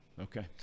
Okay